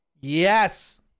Yes